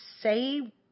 say